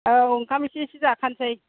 औ ओंखाम एसे एसे जाखानोसै